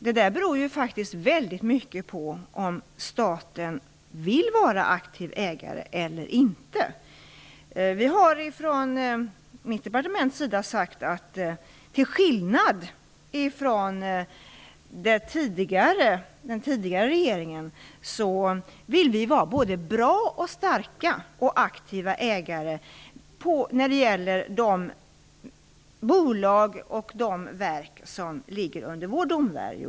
Det beror väldigt mycket på om staten vill utöva ett aktivt ägarskap eller inte. Vi har från mitt departements sida sagt att vi, till skillnad från den tidigare regeringen, vill vara bra, starka och aktiva ägare när det gäller de bolag och verk som ligger under vår domvärjo.